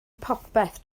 popeth